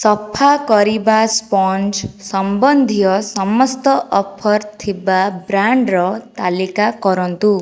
ସଫା କରିବା ସ୍ପଞ୍ଜ ସମ୍ବନ୍ଧୀୟ ସମସ୍ତ ଅଫର୍ ଥିବା ବ୍ରାଣ୍ଡର ତାଲିକା କରନ୍ତୁ